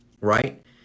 right